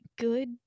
good –